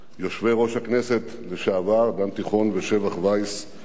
יושבי-ראש הכנסת לשעבר דן תיכון ושבח וייס,